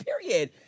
period